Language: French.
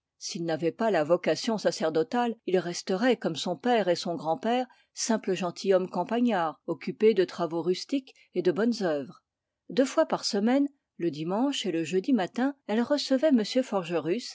s'il n'avait pas la vocation sacerdotale il resterait comme son père et son grandpère un simple gentilhomme campagnard occupé de travaux rustiques et de bonnes œuvres deux fois par semaine le dimanche et le jeudi matin elle recevait